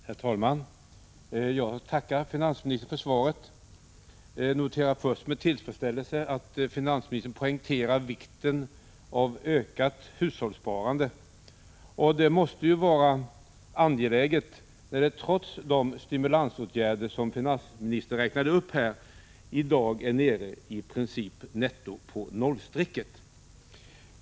Herr talman! Jag tackar finansministern för svaret. Jag noterar med tillfredsställelse att finansministern poängterar vikten av ett ökat hushållssparande. Det måste vara angeläget, när detta sparande netto — trots de stimulansåtgärder som finansministern räknat upp — i dag i princip är nere på nollstrecket.